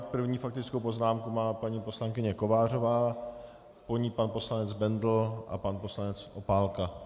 První faktickou poznámku má paní poslankyně Kovářová, po ní pan poslanec Bendl a pan poslanec Opálka.